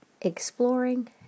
Exploring